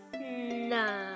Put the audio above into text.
No